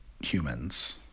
humans